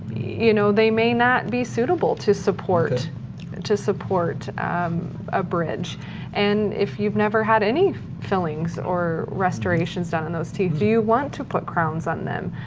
you know, they may not be suitable to support to support a bridge and if you've never had any fillings or restorations done on those teeth, do you want to put crowns on them.